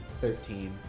thirteen